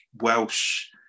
Welsh